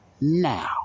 now